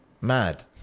Mad